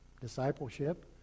discipleship